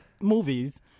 movies